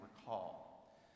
recall